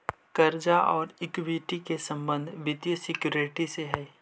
कर्जा औउर इक्विटी के संबंध वित्तीय सिक्योरिटी से हई